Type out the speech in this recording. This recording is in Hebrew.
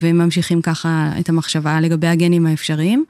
וממשיכים ככה את המחשבה לגבי הגנים האפשריים.